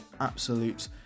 absolute